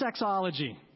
sexology